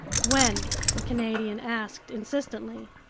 when? the canadian asked insistently.